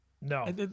No